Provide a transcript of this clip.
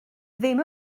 ddim